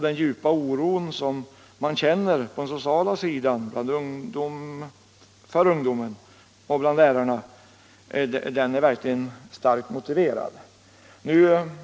Den djupa oro som socialarbetare och lärare känner för ungdomen är verkligen starkt motiverad.